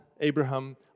Abraham